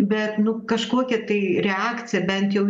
bet nu kažkokia tai reakcija bent jau